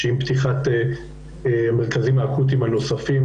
שעם פתיחת המרכזים האקוטיים הנוספים